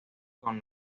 con